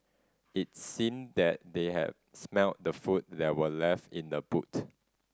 it seemed that they had smelt the food that were left in the boot